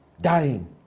dying